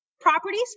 properties